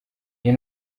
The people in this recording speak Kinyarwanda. iyi